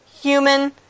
human